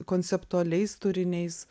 konceptualiais turiniais